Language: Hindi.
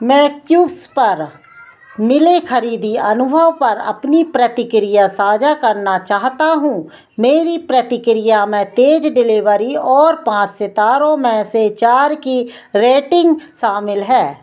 मैं क्यूस पर मिले ख़रीदी अनुभव पर अपनी प्रतिकिरया साझा करना चाहता हूँ मेरी प्रतिकिरया में तेज़ डिलेवरी और पाँच सितारों में से चार की रेटिंग शामिल है